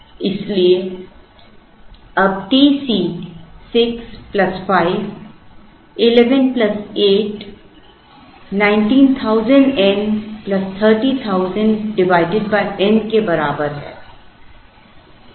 इसलिए अब TC 6 plus 5 11 plus 8 19000 n plus 30000 n के बराबर है